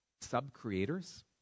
sub-creators